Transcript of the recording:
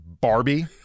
Barbie